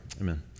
Amen